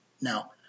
Now